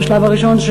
בשלב הראשון,